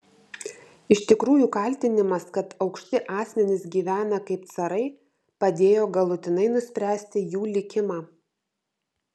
iš tikrųjų kaltinimas kad aukšti asmenys gyvena kaip carai padėjo galutinai nuspręsti jų likimą